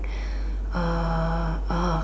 uh uh